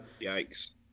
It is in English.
Yikes